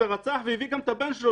ורצח והביא גם את הבן שלו,